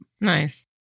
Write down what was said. Nice